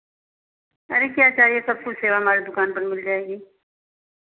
अरे क्या चाहिए सब कुछ सेवा हमारे दुकान पर मिल जाएगी